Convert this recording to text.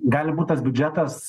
gali būt tas biudžetas